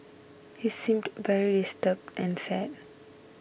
he seemed very disturbed and sad